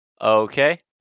Okay